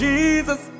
Jesus